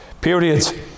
period